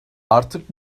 artık